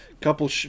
couple